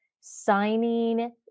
signing